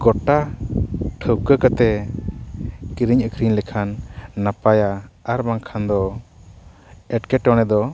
ᱜᱚᱴᱟ ᱴᱷᱟᱹᱣᱠᱟᱹ ᱠᱟᱛᱮᱫ ᱠᱤᱨᱤᱧ ᱟᱹᱠᱷᱨᱤᱧ ᱞᱮᱠᱷᱟᱱ ᱱᱟᱯᱟᱭᱟ ᱟᱨ ᱵᱟᱝᱠᱷᱟᱱ ᱫᱚ ᱮᱴᱠᱮᱴᱚᱬᱮ ᱫᱚ